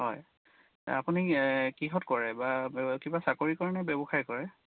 হয় আপুনি কিহত কৰে বা কিবা চাকৰি কৰেনে ব্যৱসায় কৰে